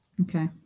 okay